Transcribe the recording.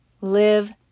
live